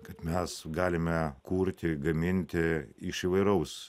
kad mes galime kurti gaminti iš įvairaus